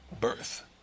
birth